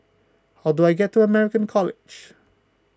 how do I get to American College